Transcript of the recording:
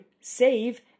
save